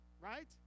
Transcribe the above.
right